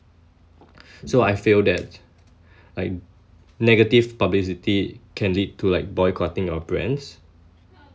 so I feel that I negative publicity can lead to like boycotting of brands